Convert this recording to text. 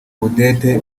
odette